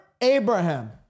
Abraham